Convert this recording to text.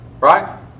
Right